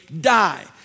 die